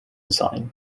sign